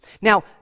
Now